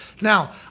Now